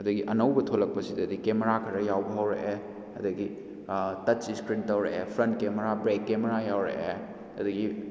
ꯑꯗꯒꯤ ꯑꯅꯧꯕ ꯊꯣꯛꯂꯛꯄꯁꯤꯗꯗꯤ ꯀꯦꯃꯦꯔꯥ ꯈꯔ ꯌꯥꯎꯕ ꯍꯧꯔꯛꯑꯦ ꯑꯗꯒꯤ ꯇꯁ ꯏꯁꯀ꯭ꯔꯤꯟ ꯇꯧꯔꯛꯑꯦ ꯐ꯭ꯔꯟ ꯀꯦꯃꯦꯔꯥ ꯕꯦꯛ ꯀꯦꯃꯦꯔꯥ ꯌꯥꯎꯔꯛꯑꯦ ꯑꯗꯒꯤ